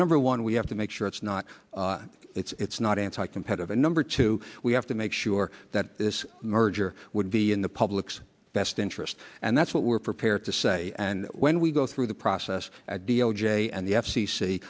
number one we have to make sure it's not it's not anti competitive and number two we have to make sure that this merger would be in the public's best interest and that's what we're prepared to say and when we go through the process d o j and the f